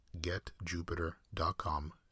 getjupiter.com